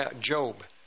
Job